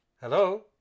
Hello